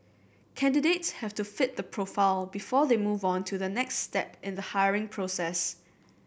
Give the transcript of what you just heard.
candidates have to fit the profile before they move on to the next step in the hiring process